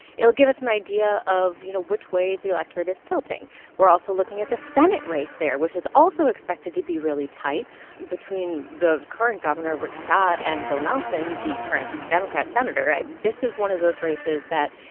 it'll give us an idea of you know, which way the electorate is tilting we're also looking at the senate race there, which is also expected to be really tight between the current governor, rick scott, and bill nelson, the current democrat senator. this is one of those races that,